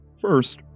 First